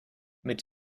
mit